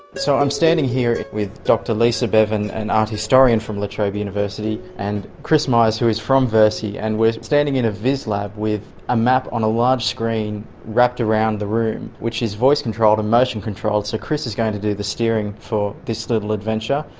so, i'm standing here with dr lisa beaven, an art historian from la trobe university, and chris myers who is from versi, and we're standing in a vis lab with a map on a large screen wrapped around the room, which is voice controlled and motion controlled, so chris is going to do the steering for this little adventure.